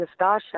Nastasha